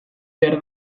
behar